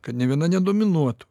kad nė viena nedominuotų